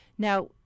Now